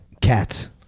Cats